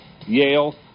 Yale